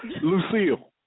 Lucille